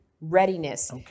readiness